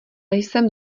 jsem